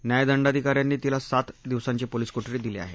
न्यायदंडाधिकाऱ्यांनी तिला सात दिवसांची पोलीस कोठडी दिली आहे